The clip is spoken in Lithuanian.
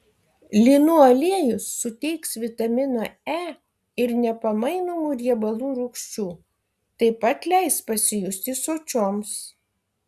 linų aliejus suteiks vitamino e ir nepamainomų riebalų rūgščių taip pat leis pasijusti sočioms